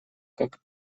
как